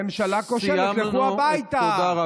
ממשלה כושלת, לכו הביתה.